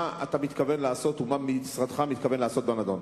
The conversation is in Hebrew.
מה אתה מתכוון לעשות ומה משרדך מתכוון לעשות בנדון?